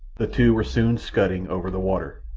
the two were soon scudding over the water.